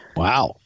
wow